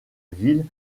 ville